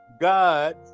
God